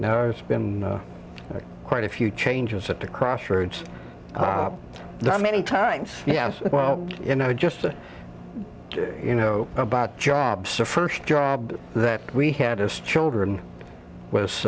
now it's been quite a few changes at the crossroads the many times yes well you know just you know about jobs first job that we had as children was